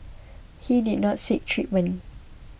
he did not seek treatment